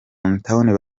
runtown